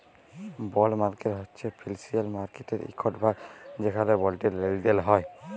বল্ড market হছে financial মার্কেটের ইকট ভাগ যেখালে বল্ডের লেলদেল হ্যয়